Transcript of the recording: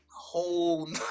whole